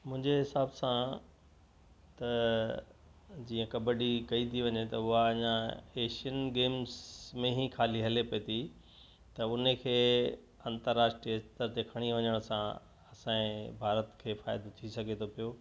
मुंहिंजे हिसाब सां त जीअं कबडी कई थी वञे त उहा अञा एशियन गेम्स में ई खाली हले पई थी त उन खे अंतरराष्ट्रीय स्तर ते खणी वञण सां असांजे भारत खे फ़ाइदो थी सघे थो पियो